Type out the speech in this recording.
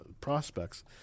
prospects